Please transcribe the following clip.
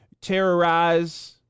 Terrorize